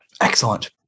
Excellent